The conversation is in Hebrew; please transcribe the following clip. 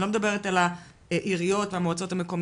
אני לא מדברת על העיריות והמועצות המקומיות